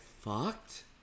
fucked